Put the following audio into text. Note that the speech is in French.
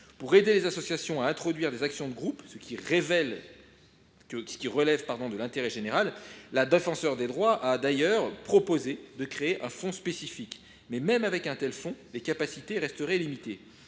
Pour aider les associations à introduire des actions de groupe, ce qui relève de l’intérêt général, la Défenseure des droits a d’ailleurs proposé de créer un fonds spécifique. Malgré tout, leurs capacités resteraient limitées.